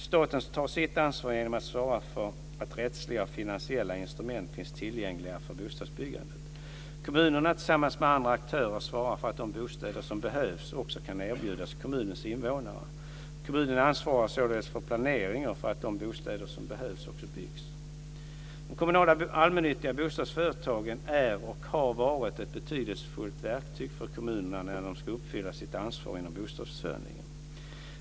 Staten tar sitt ansvar genom att svara för att rättsliga och finansiella instrument finns tillgängliga för bostadsbyggandet. Kommunerna tillsammans med andra aktörer svarar för att de bostäder som behövs också kan erbjudas kommunens invånare. Kommunen ansvarar således för planering och för att de bostäder som behövs också byggs. De kommunala allmännyttiga bostadsföretagen är och har varit ett betydelsefullt verktyg för kommunerna när de ska uppfylla sitt ansvar inom bostadsförsörjningen.